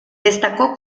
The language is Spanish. destacó